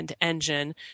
engine